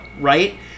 right